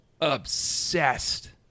obsessed